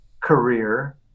career